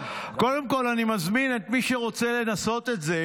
קודם כול, אני מזמין את מי שרוצה לנסות את זה,